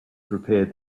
prepared